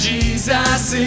Jesus